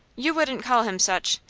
you wouldn't call him such.